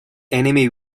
enemy